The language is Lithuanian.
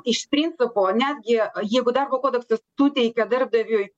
iš principo netgi jeigu darbo kodeksas suteikia darbdaviui